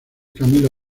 camilo